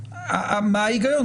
מה ההיגיון?